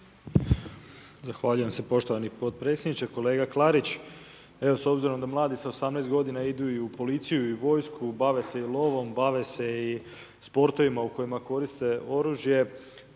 Zahvaljujem se poštovani potpredsjedniče. Kolega Klarić, evo s obzirom da mladi s 18. g. idu i u policiju i u vojsku, bavi se i lovom, bave se i sportovima, u kojima koriste oružje,